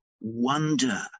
wonder